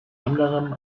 anderem